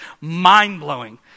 mind-blowing